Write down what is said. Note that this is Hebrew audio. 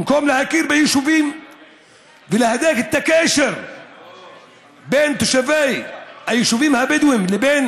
במקום להכיר ביישובים ולהדק את הקשר בין תושבי היישובים הבדואיים ובין